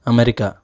America